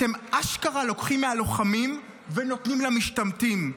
אתם אשכרה לוקחים מהלוחמים ונותנים למשתמטים.